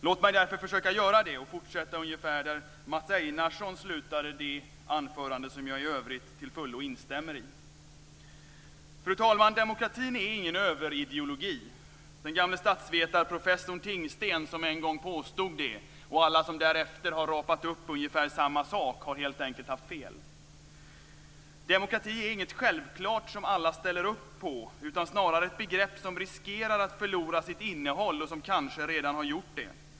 Låt mig därför försöka göra det och fortsätta ungefär där Mats Einarsson slutade det anförande som jag i övrigt till fullo instämmer i. Fru talman! Demokratin är ingen överideologi. Den gamle statsvetarprofessorn Tingsten, som en gång påstod det, och alla som därefter har rapat upp ungefär samma sak, har helt enkelt haft fel. Demokrati är inget självklart som alla ställer upp på utan snarare ett begrepp som riskerar att förlora sitt innehåll och som kanske redan har gjort det.